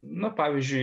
na pavyzdžiui